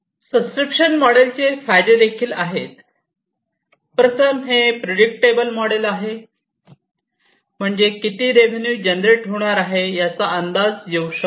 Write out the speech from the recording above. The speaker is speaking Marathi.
सबस्क्रीप्शन मोडेल चे फायदे देखील आहे प्रथम हे प्रिडिटटेबल मोडेल आहे म्हणजे किती रेवेन्यू जनरेट होणार आहे याचा अंदाज येऊ शकतो